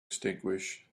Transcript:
extinguished